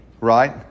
right